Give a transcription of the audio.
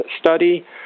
study